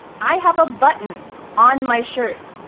i have a button on my shirt.